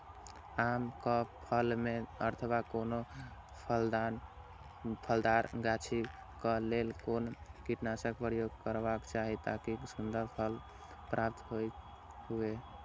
आम क फल में अथवा कोनो फलदार गाछि क लेल कोन कीटनाशक प्रयोग करबाक चाही ताकि सुन्दर फल प्राप्त हुऐ?